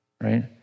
right